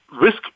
risk